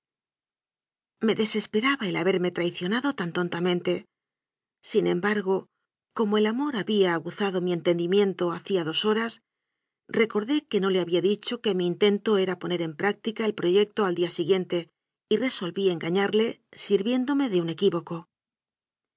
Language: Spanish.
me desesperaba el haberme traicionado tan ton tamente sin embargo como el amor había agu zado mi entendimiento hacía dos horas recordé que no le había dicho que mi intento era poner en práctica el proyecto al día siguiente y resolví en gañarle sirviéndome de un equívoco